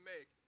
make